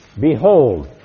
Behold